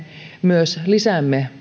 myös lisäämme